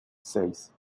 seis